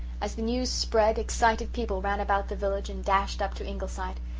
as the news spread excited people ran about the village and dashed up to ingleside.